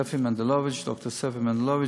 ד"ר ספי מנדלוביץ.